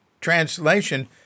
translation